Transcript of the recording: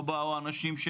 לא באו אנשים,